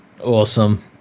Awesome